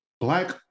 Black